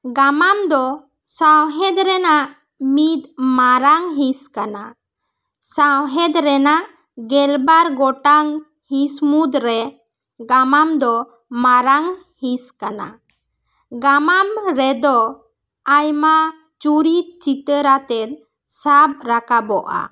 ᱜᱟᱢᱟᱢ ᱫᱚ ᱥᱟᱶᱦᱮᱫ ᱨᱮᱱᱟᱜ ᱢᱤᱫ ᱢᱟᱨᱟᱝ ᱦᱤᱸᱥ ᱠᱟᱱᱟ ᱥᱟᱶᱦᱮᱫ ᱨᱮᱱᱟᱜ ᱜᱮᱞᱵᱟᱨ ᱜᱚᱴᱟᱝ ᱦᱤᱸᱥ ᱢᱩᱫᱽ ᱨᱮ ᱜᱟᱢᱟᱢ ᱫᱚ ᱢᱟᱨᱟᱝ ᱦᱤᱸᱥ ᱠᱟᱱᱟ ᱜᱟᱢᱟᱢ ᱨᱮᱫᱚ ᱟᱭᱢᱟ ᱪᱩᱨᱤᱛ ᱪᱤᱛᱟᱹᱨ ᱟᱛᱮᱜ ᱥᱟᱵ ᱨᱟᱠᱟᱵᱚᱜᱼᱟ